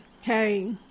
hey